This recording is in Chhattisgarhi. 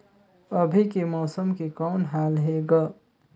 अभी के मौसम के कौन हाल हे ग?